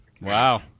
Wow